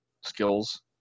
skills